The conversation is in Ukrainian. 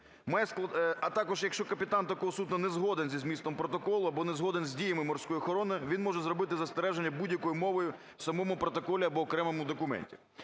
а також якщо капітан такого судна не згоден зі змістом протоколу або не згоден з діями Морської охорони, він може зробити застереження будь-якою мовою в самому протоколі або окремому документі.